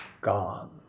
gone